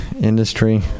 industry